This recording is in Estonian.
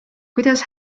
kuidas